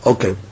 Okay